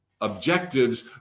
objectives